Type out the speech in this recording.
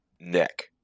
neck